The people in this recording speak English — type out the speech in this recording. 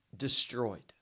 destroyed